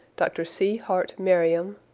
dr. c. hart merriam,